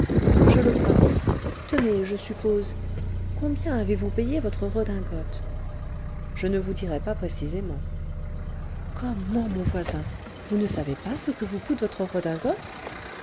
je le crois bien tenez je suppose combien avez-vous payé votre redingote je ne vous dirai pas précisément comment mon voisin vous ne savez pas ce que vous coûte votre redingote